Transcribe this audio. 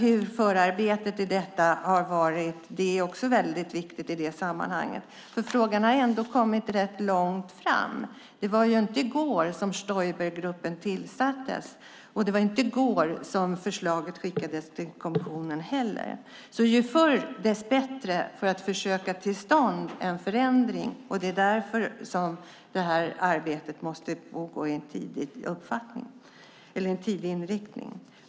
Hur förarbetet till detta har varit är också viktigt i det sammanhanget. Frågan har ändå kommit rätt långt. Det var ju inte i går som Stoibergruppen tillsattes, och det var inte heller i går som förslaget skickades till kommissionen. Ju förr arbetet börjar, desto lättare är det att få till stånd en förändring. Det är därför som det här arbetet tidigt måste få en inriktning.